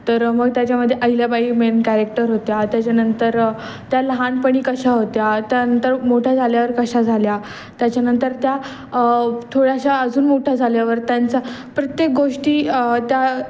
तर मग त्याच्यामध्ये आहिल्याबाई मेन कॅरेक्टर होत्या त्याच्यानंतर त्या लहानपणी कशा होत्या त्यानंतर मोठ्या झाल्यावर कशा झाल्या त्याच्यानंतर त्या थोड्याशा अजून मोठ्या झाल्यावर त्यांचा प्रत्येक गोष्टी त्या